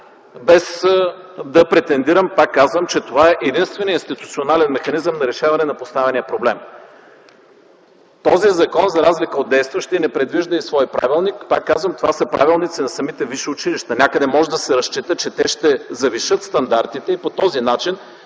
без да претендирам, пак казвам, че това е единственият институционален механизъм за решаване на поставения проблем. Този закон, за разлика от действащия, не предвижда и свой правилник. Пак казвам, това са правилници на самите висши училища. Някъде може да се разчита, че те ще завишат стандартите и по този начин